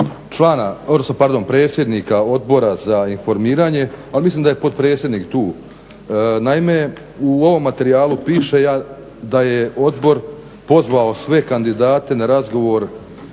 člana, odnosno pardon predsjednika Odbora za informiranje ali mislim da je potpredsjednik tu, naime u ovom materijalu piše da je odbor pozvao sve kandidate na razgovor